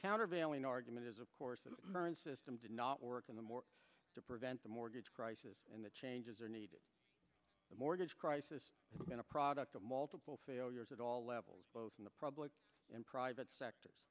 countervailing argument is of course the burnt system did not work in the more to prevent the mortgage crisis and the changes are needed the mortgage crisis has been a product of multiple failures at all levels both in the public and private sector